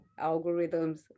algorithms